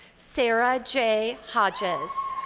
sarah j. hodges.